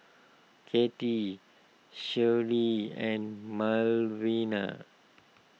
Kattie Shirlie and Malvina